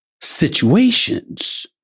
situations